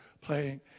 playing